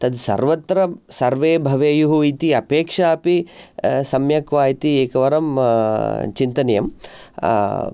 तद् सर्वत्र सर्वे भवेयुः इति अपेक्षा अपि सम्यक् वा इति एकवारं चिन्तनीयम्